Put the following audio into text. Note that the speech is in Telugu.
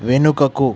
వెనుకకు